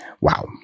Wow